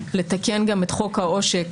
לתקן גם את חוק העושק.